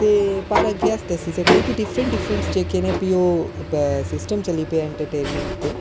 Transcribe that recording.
पर एह् कि अस दस्सी सकने कि डीफरैंट डीफरैंट जेह्के न ओह् सिस्टम चली पेआ एंटरटेनमैंट दे